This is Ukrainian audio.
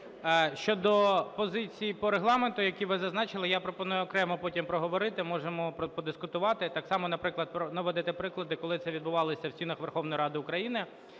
Щодо позиції по Регламенту, які ви зазначили, я пропоную окремо потім проговорити, можемо подискутувати, так само, наприклад, наведете приклади, коли це відбувалося в стінах Верховної Ради України,